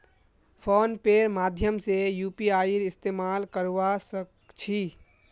phone पेर माध्यम से यूपीआईर इस्तेमाल करवा सक छी